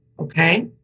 Okay